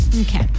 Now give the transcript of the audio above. okay